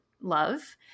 love